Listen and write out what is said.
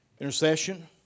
intercession